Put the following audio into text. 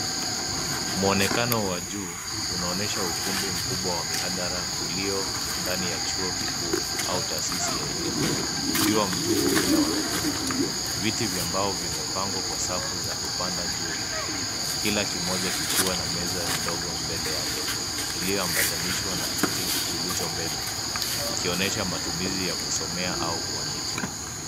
Mwonekano wa juu unaonyesha ukumbi mkubwa wa mihadhara uliyo ndani ya chuo kikuu au taasisi ya elimu, ukiwa mtupu bila wanafunzi. Viti vya mbao vimepangwa kwa safu za kupanda juu, kila kimoja kikiwa na meza ndogo mbele yake iliyoambatanishwa na kiti kilicho mbele. Ikionyesha matumizi ya kusomea au.